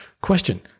Question